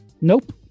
Nope